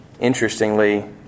Interestingly